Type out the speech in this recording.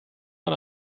man